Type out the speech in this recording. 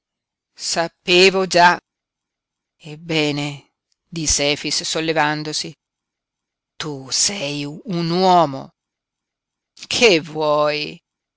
sapevo già ebbene disse efix sollevandosi tu sei un uomo che vuoi